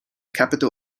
capital